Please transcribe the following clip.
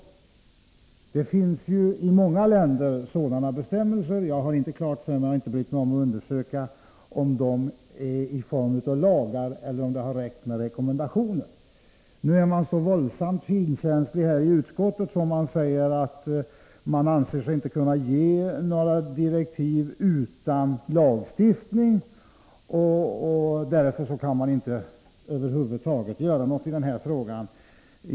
Sådana bestämmelser finns ju i många andra länder. Jag har inte brytt mig om att undersöka om det är i form av lagar eller om det har räckt med rekommendationer. I utskottet är man så finkänslig att man inte anser sig kunna ge några direktiv utan lagstiftning. Därför kan man över huvud taget inte göra någonting i den här frågan.